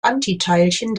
antiteilchen